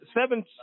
Seven